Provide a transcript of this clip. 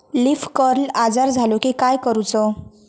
Leaf curl आजार झालो की काय करूच?